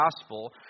gospel